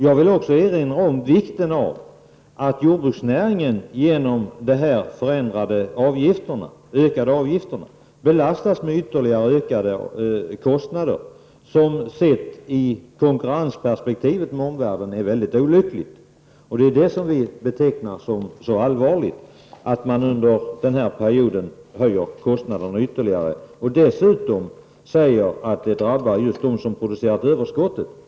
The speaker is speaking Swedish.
Jag vill också erinra om vikten av att jordbruksnäringen genom de här ökade avgifterna belastas med ytterligare ökade kostnader som sedda i konkurrensperspektivet när det gäller omvärlden är mycket olyckliga. Vi betecknar det som mycket allvarligt att man under den här perioden ökar kostnaderna ytterligare och dessutom säger att det drabbar just dem som producerat överskottet.